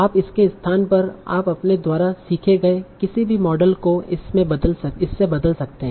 आप इसके स्थान पर आप अपने द्वारा सीखे गए किसी भी मॉडल को इससे बदल सकते हैं